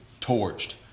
torched